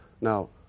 Now